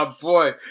boy